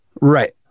Right